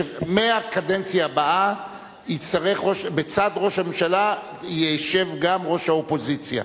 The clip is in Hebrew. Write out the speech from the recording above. מהקדנציה הבאה בצד ראש הממשלה ישב גם ראש האופוזיציה.